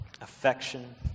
affection